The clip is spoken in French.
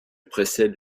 précède